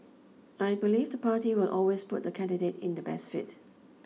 I believe the party will always put the candidate in the best fit